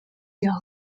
lloc